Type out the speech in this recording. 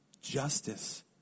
justice